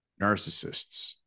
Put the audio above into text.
narcissists